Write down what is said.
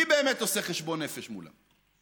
מי באמת עושה חשבון נפש מולם?